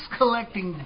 collecting